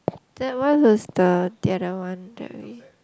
that one was the the other one that we